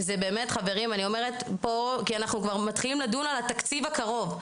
כי אנחנו כבר מתחילים לדון על התקציב הקרוב.